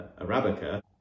Arabica